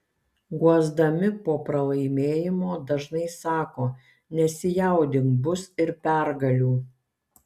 guosdami po pralaimėjimo dažnai sako nesijaudink bus ir pergalių